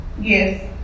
Yes